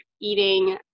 eating